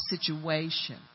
situation